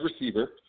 receiver